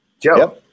Joe